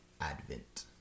Advent